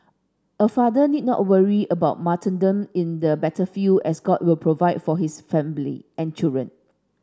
a father need not worry about martyrdom in the battlefield as God will provide for his family and children